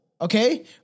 Okay